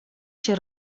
się